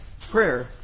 prayer